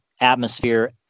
atmosphere